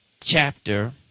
chapter